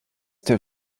der